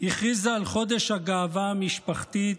הכריזה על חודש הגאווה המשפחתית,